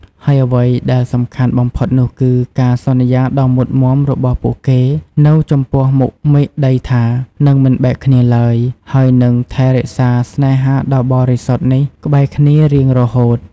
ហើយអ្វីដែលសំខាន់បំផុតនោះគឺ ការសន្យាដ៏មុតមាំរបស់ពួកគេនៅចំពោះមុខមេឃដីថា នឹងមិនបែកគ្នាឡើយ ហើយនឹងថែរក្សាស្នេហាដ៏បរិសុទ្ធនេះក្បែរគ្នារៀងរហូត។